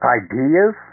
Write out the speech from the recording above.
ideas